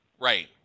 Right